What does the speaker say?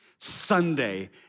Sunday